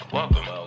Welcome